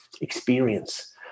experience